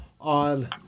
on